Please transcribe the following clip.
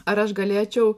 ar aš galėčiau